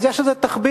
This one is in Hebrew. אז יש איזה תחביב,